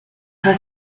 her